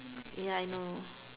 ya I know